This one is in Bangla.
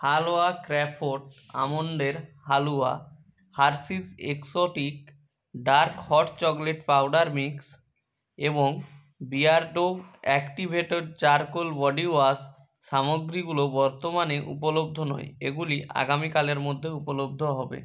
হালওয়া ক্র্যাফট আমন্ডের halwa Hershey's exotic dark hot chocolate powder mix এবং বিয়ার্ডো অ্যাক্টিভেটেড চারকোল বডিওয়াশ সামগ্রীগুলো বর্তমানে উপলব্ধ নয় এগুলি আগামীকালের মধ্যে উপলব্ধ হবে